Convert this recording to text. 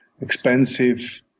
expensive